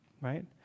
Right